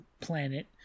planet